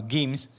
Games